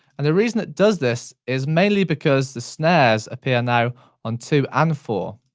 and the reason it does this is mainly because the snares appear now on two and four.